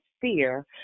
fear